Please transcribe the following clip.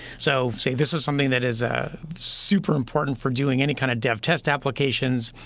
so say this is something that is ah super important for doing any kind of dev test applications.